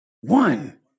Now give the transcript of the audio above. One